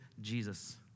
Jesus